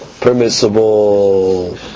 permissible